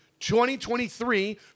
2023